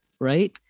right